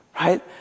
Right